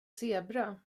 zebra